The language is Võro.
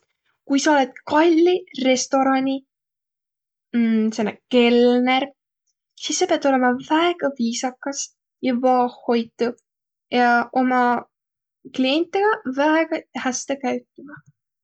Kui sa olõt kalli restoraani sääne kelner, sis sa piät olõma väega viisakas ja vaohhoitu ja uma klientega väega häste käütümä.